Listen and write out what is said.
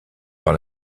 par